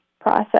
process